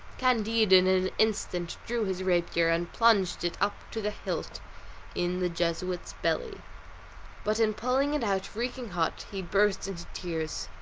candide in an instant drew his rapier, and plunged it up to the hilt in the jesuit's belly but in pulling it out reeking hot, he burst into tears.